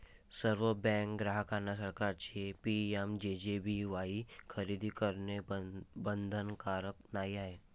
सर्व बँक ग्राहकांना सरकारचे पी.एम.जे.जे.बी.वाई खरेदी करणे बंधनकारक नाही आहे